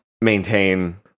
maintain